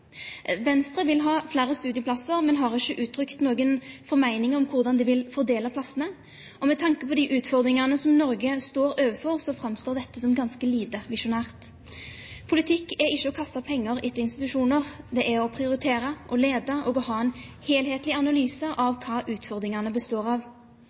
Venstre vil ha flere studieplasser, men har ikke uttrykt noen formening om hvordan de vil fordele plassene. Med tanke på de utfordringene som Norge står overfor, framstår dette som ganske lite visjonært. Politikk er ikke å kaste penger etter institusjoner, det er å prioritere, lede og ha en helhetlig analyse av